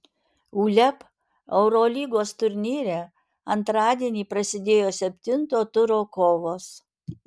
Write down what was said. uleb eurolygos turnyre antradienį prasidėjo septinto turo kovos